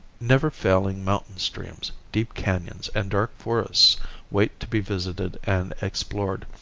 never-failing mountain streams, deep canons and dark forests wait to be visited and explored,